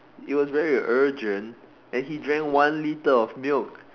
it was very urgent and he drank one litre of milk